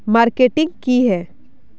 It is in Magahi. मार्केटिंग की है?